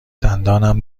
دندانم